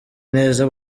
neza